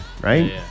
right